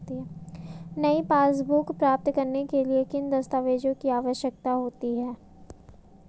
नई पासबुक प्राप्त करने के लिए किन दस्तावेज़ों की आवश्यकता होती है?